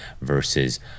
versus